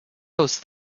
those